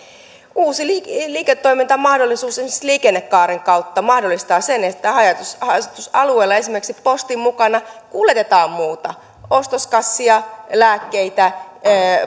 uusi liiketoimintamahdollisuus esimerkiksi liikennekaaren kautta mahdollistaa sen että haja asutusalueella esimerkiksi postin mukana kuljetetaan muuta ostoskasseja lääkkeitä